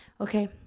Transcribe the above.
Okay